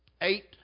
eight